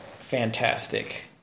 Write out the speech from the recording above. fantastic